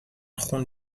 خون